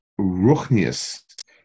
ruchnius